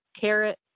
carrot